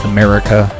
America